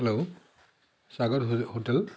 hello স্বাগত hotel